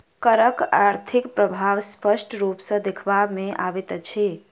करक आर्थिक प्रभाव स्पष्ट रूप सॅ देखबा मे अबैत अछि